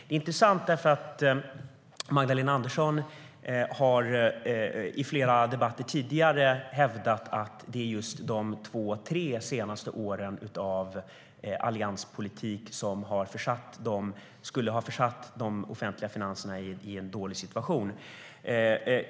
Det är intressant för Magdalena Andersson har i flera tidigare debatter hävdat att det är just de två tre senaste åren med allianspolitik som har försatt de offentliga finanserna i en dålig situation.